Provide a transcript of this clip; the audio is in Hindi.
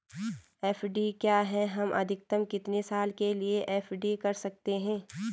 एफ.डी क्या है हम अधिकतम कितने साल के लिए एफ.डी कर सकते हैं?